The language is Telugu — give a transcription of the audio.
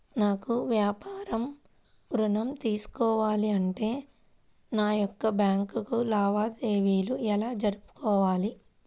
నాకు వ్యాపారం ఋణం తీసుకోవాలి అంటే నా యొక్క బ్యాంకు లావాదేవీలు ఎలా జరుపుకోవాలి?